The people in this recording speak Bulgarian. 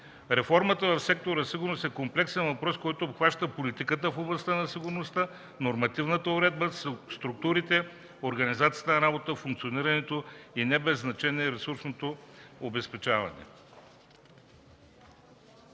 Реформата в сектора „Сигурност” е комплексен въпрос, който обхваща политиката в областта на сигурността, нормативната уредба, структурите, организацията на работа, функционирането и не без значение – ресурсното обезпечаване.